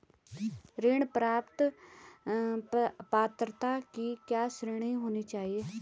ऋण प्राप्त पात्रता की क्या श्रेणी होनी चाहिए?